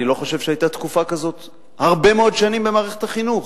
אני לא חושב שהיתה תקופה כזאת הרבה מאוד שנים במערכת החינוך,